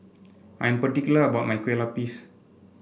I am particular about my Kueh Lapis